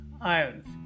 ions